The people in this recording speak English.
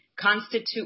constitute